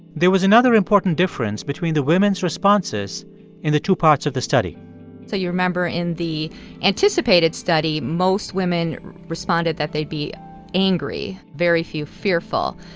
there was another important difference between the women's responses in the two parts of the study so you remember in the anticipated study, most women responded that they'd be angry, very few fearful.